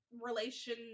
relation